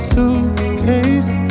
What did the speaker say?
Suitcase